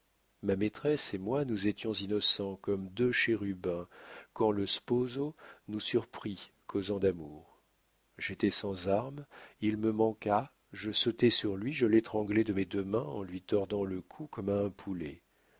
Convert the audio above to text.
ma maîtresse et moi nous étions innocents comme deux chérubins quand le sposo nous surprit causant d'amour j'étais sans armes il me manqua je sautai sur lui je l'étranglai de mes deux mains en lui tordant le cou comme à un poulet